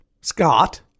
Scott